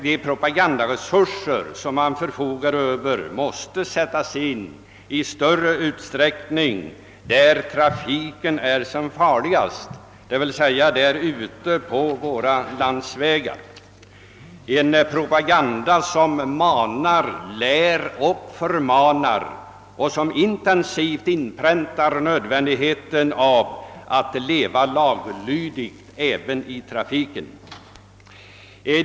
De propagandaresurer man förfogar över måste sättas in i större utsträckning där trafiken är som farligast, d.v.s. ute på våra landsvägar. Det bör vara en propaganda som manar, lär och förmanar och som intensivt inpräntar nödvändigheten av att leva laglydigt i trafiken.